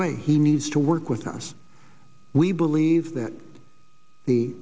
way he needs to work with us we believe that the